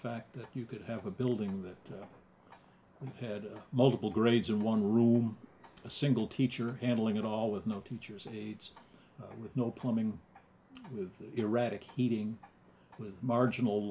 fact that you could have a building that had multiple grades in one room a single teacher handling it all with no teacher's aides with no plumbing erratic heating with marginal